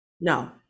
no